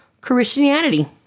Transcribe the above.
Christianity